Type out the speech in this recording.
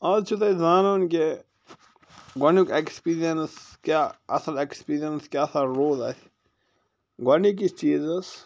آز چھُو تۄہہِ زانُن کہِ گۄڈنیٛک ایٚکسپیٖرینٕس کیٛاہ اصٕل ایٚکسپیٖرینٕس کیٛاہ سا روٗز اسہِ گۄڈنِکِس چیٖزَس